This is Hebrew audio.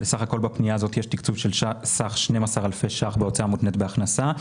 בפנייה הזאת יש תקצוב של סך 12 אלפי שקלים בהוצאה מותנית בהכנסה.